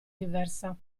diversa